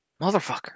Motherfucker